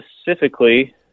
specifically